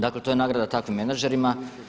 Dakle to je nagrada takvim menadžerima.